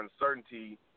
uncertainty